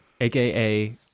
AKA